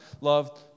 loved